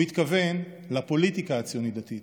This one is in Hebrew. הוא התכוון לפוליטיקה הציונית הדתית.